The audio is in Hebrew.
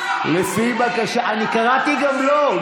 לפי בקשת, אני קראתי גם לו.